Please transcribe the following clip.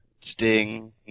Sting